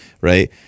right